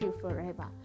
forever